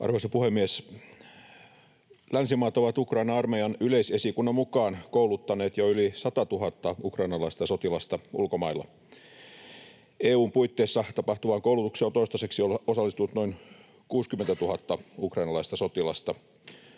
Arvoisa puhemies! Länsimaat ovat Ukrainan armeijan yleisesikunnan mukaan kouluttaneet jo yli 100 000 ukrainalaista sotilasta ulkomailla. EU:n puitteissa tapahtuvaan koulutukseen on toistaiseksi osallistunut noin 60 000 ukrainalaista sotilasta.